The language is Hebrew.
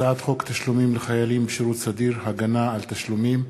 הצעת חוק תשלומים לחיילים בשירות סדיר (הגנה על תשלומים),